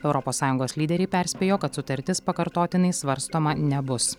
europos sąjungos lyderiai perspėjo kad sutartis pakartotinai svarstoma nebus